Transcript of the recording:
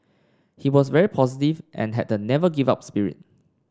he was very positive and had the never give up spirit